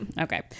Okay